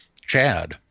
Chad